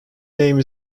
name